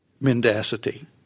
mendacity